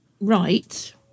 right